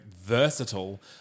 versatile